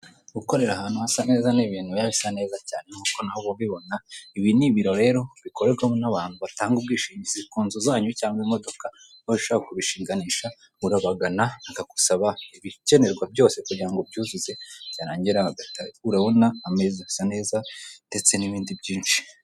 Gukorera ahantu hasa neza ni ibintu biba bisa neza cyane nkuko nawe ubibona. Ibi ni ibiro rero bikorerwamo n'abantu batanga ubwishingizi ku nzu zanyu cyangwa imodoka barushaho kubishinganisha urabagana bakagusaba ibikenerwa byose kugira ngo ubyuzuze byarangira urabona ameza asa neza ndetse n'ibindi byinshi.